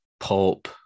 pulp